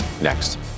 next